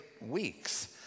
weeks